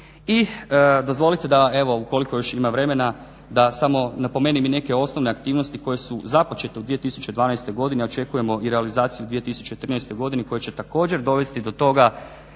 I dozvolite da evo ukoliko još ima vremena da samo napomenem i neke osnovne aktivnosti koje su započete u 2012. godini, a očekujemo i realizaciju u 2013. godini koja će također dovesti do toga